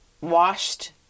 washed